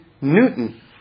Newton